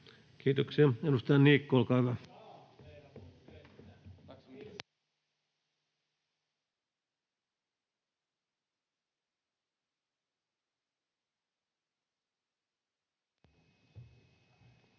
Kiitoksia. — Edustaja Niikko, olkaa hyvä.